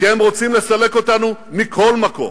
כי הם רוצים לסלק אותנו מכל מקום,